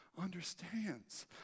understands